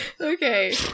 Okay